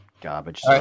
garbage